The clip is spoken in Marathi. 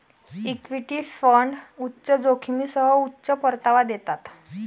इक्विटी फंड उच्च जोखमीसह उच्च परतावा देतात